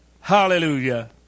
Hallelujah